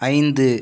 ஐந்து